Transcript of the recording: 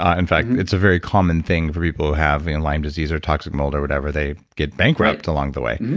ah in fact, it's a very common thing for people who have lyme disease or toxic mold or whatever, they get bankrupted along the way.